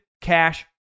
cash